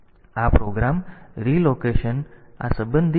તેથી આ program relocation આ સંબંધિત જમ્પ તરીકે ઓળખવામાં મદદ કરે છે